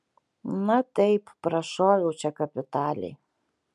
na taip prašoviau čia kapitaliai